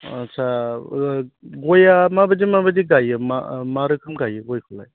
आट्चा अ गयआ माबायदि माबायदि गायो मा रोखोम गायो गयखौलाय